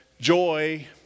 joy